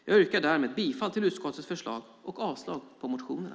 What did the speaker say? Jag yrkar därmed bifall till utskottets förslag och avslag på motionerna.